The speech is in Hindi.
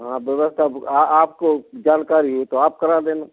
हाँ व्यवस्था आपको जानकारी है तो आप करा देना